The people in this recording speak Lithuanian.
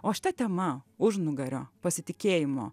o šita tema užnugario pasitikėjimo